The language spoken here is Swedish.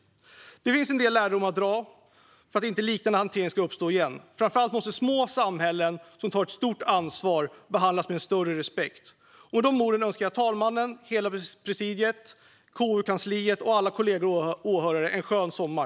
Det finns en del lärdomar att dra för att en liknande hantering inte ska uppstå igen. Framför allt måste små samhällen som tar ett stort ansvar behandlas med större respekt. Med de orden önskar jag talmannen, hela presidiet, KU-kansliet och alla kollegor och åhörare en skön sommar.